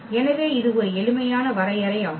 எனவே இது ஒரு எளிமையான வரையறை ஆகும்